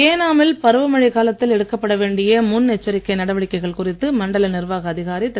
ஏனா மில் பருவமழைக் காலத்தில் எடுக்கப்பட வேண்டிய முன் எச்சரிக்கை நடவடிக்கைகள் குறித்து மண்டல நிர்வாக அதிகாரி திரு